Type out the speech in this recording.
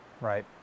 Right